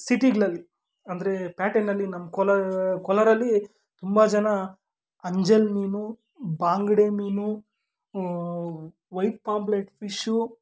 ಸಿಟಿಗಳಲ್ಲಿ ಅಂದರೆ ಪೇಟೆನಲ್ಲಿ ನಮ್ಮ ಕೋಲಾರ ಕೋಲಾರದಲ್ಲಿ ತುಂಬ ಜನ ಅಂಜಲ್ ಮೀನು ಬಾಂಗಡೆ ಮೀನು ವೈಟ್ ಪಾಂಪ್ಲೆಟ್ ಫಿಶ್ಶು